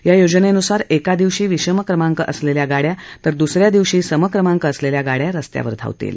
या योजनेनुसार एका दिवशी विषम क्रमांक असलेल्या गाड्या तर दुस या दिवशी सम क्रमांक असलेल्या गाड्या स्स्त्यावर धावतील